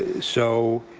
so